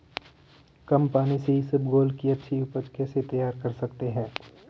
कम पानी से इसबगोल की अच्छी ऊपज कैसे तैयार कर सकते हैं?